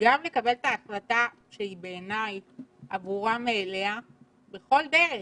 גם לקבל את ההחלטה שהיא בעיניי הברורה מאליה בכל דרך,